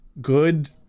good